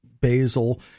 basil